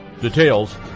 Details